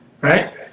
right